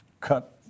cut